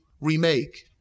remake